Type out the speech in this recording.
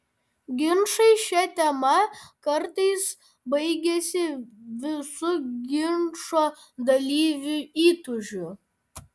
ginčai šia tema kartais baigiasi visų ginčo dalyvių įtūžiu